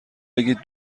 بگید